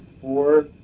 four